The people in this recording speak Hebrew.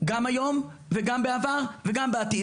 גם היום, גם בעבר וגם בעתיד.